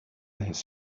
his